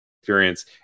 experience